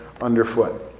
underfoot